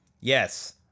Yes